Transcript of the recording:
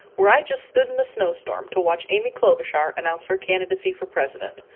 where i just stood in a snowstorm to watch amy klobuchar announce her candidacy for president.